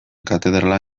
katedrala